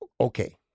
Okay